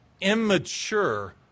immature